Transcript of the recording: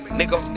nigga